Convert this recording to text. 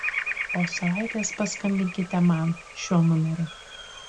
po savaitės paskambinkite man šiuo numeriu